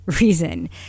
reason